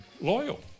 Loyal